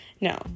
No